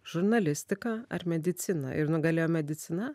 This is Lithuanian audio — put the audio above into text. žurnalistiką ar mediciną ir nugalėjo medicina